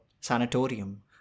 sanatorium